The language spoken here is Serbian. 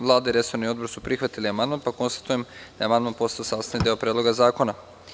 Vlada i resorni odbor su prihvatili amandman, pa konstatujem da je amandman postao sastavni deo Predloga zakona.